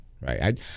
right